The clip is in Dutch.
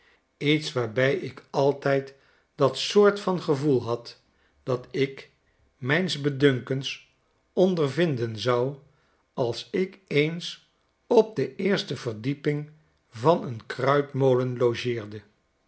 iets waarbij ik altijd dat soort van gevoel had dat ik mijns bedunkens ondervinden zou als ik eens op de eerste verdieping van een kruitmolen logeerde